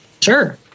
Sure